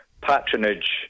patronage